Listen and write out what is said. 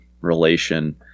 relation